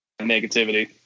negativity